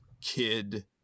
kid